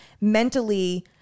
mentally